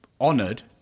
honoured